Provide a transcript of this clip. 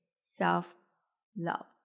self-love